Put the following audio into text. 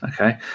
Okay